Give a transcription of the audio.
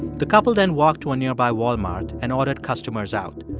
the couple then walked to a nearby walmart and ordered customers out.